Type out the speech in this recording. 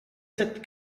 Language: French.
cette